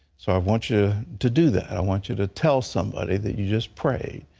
so i want you to to do that. and i want you to tell somebody that you just prayed.